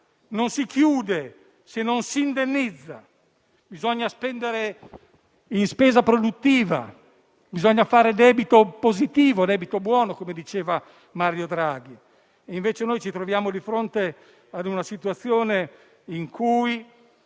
non si chiude se non si indennizza. Bisogna spendere in spesa produttiva, bisogna fare debito positivo, debito buono come diceva Mario Draghi, e invece ci troviamo di fronte a una situazione in cui